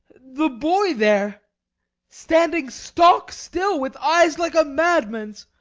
the boy there standing stock still, with eyes like a madman's,